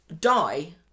die